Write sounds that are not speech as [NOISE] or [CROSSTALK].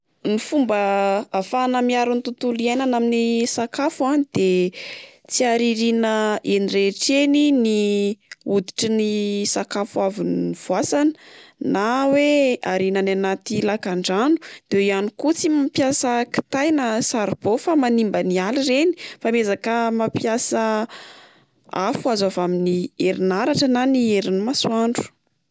Ny fomba ahafahana miaro ny tontolo iainana amin'ny sakafo a de tsy haririana [HESITATION] eny rehetra eny ny [HESITATION] oditry ny [HESITATION] sakafo avy novoasana na oe ariana any anaty lakan-drano. De eo ihany koa tsy mampiasa kitay na saribao fa manimba ny ala ireny fa miezaka mampiasa [HESITATION] afo azo avy amin'ny herin'aratra na ny herin'ny masoandro.